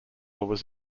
was